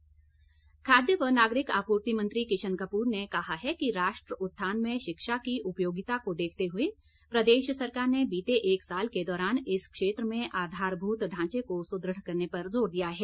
किशन कपूर खाद्य व नागरिक आपूर्ति मंत्री किशन कपूर ने कहा कि राष्ट्र उत्थान में शिक्षा की उपयोगिता को देखते हुए प्रदेश सरकार ने बीते एक साल के दौरान इस क्षेत्र में आधारभूत ढांचे को सुदृढ़ करने पर जोर दिया है